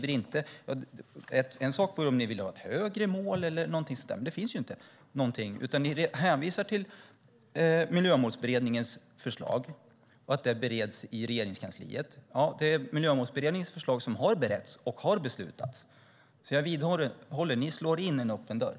En sak vore om ni ville ha ett högre mål eller någonting sådant, men det skriver ni inte. Ni hänvisar till Miljömålsberedningens förslag och att det bereds i Regeringskansliet. Miljömålsberedningens förslag har beretts och beslutats. Jag vidhåller att ni slår in en öppen dörr.